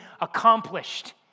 accomplished